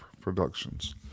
productions